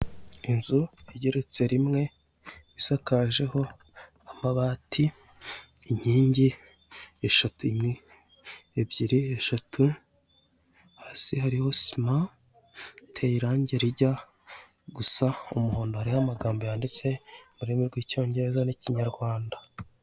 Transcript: Inzu igeretse rimwe isakajeho amabati inkingi eshatu imwe, ebyiri eshatu, hasi harimo sima iteye irangi rijya gusa umuhondo hariho amagambo yanditse ururimi rw'icyongereza n'ikinyarwanda.